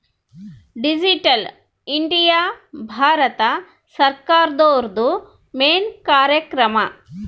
digital India ಭಾರತ ಸರ್ಕಾರ್ದೊರ್ದು main ಕಾರ್ಯಕ್ರಮ